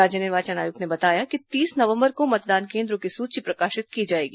राज्य निर्वाचन आयुक्त ने बताया कि तीस नवंबर को मतदान केन्द्रों की सूची प्रकाशित की जाएगी